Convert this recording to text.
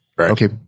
okay